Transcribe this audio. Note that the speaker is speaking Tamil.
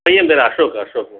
பையன் பேர் அஷோக் அஷோக் மேம்